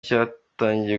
cyatangiye